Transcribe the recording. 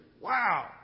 Wow